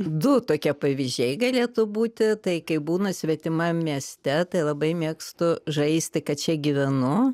du tokie pavyzdžiai galėtų būti tai kai būnu svetimam mieste tai labai mėgstu žaisti kad čia gyvenu